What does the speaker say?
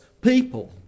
people